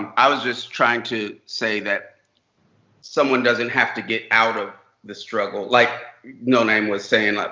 i was just trying to say that someone doesn't have to get out of the struggle. like noname was saying. like